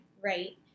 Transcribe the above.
right